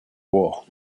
war